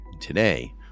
Today